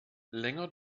länger